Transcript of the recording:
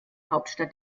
hauptstadt